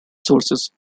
sources